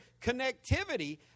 connectivity